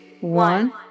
one